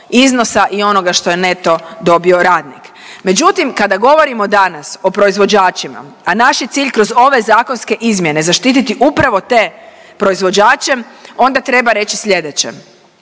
iznosa i onoga što je neto dobio radnik. Međutim kada govorimo danas o proizvođačima, a naš je cilj kroz ove zakonske izmjene zaštititi upravo te proizvođače, onda treba reći slijedeće.